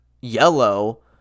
yellow